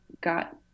got